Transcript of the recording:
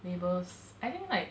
labels I think like